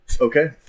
Okay